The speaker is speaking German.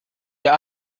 ihr